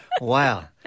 Wow